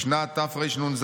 בשנת תרנ"ז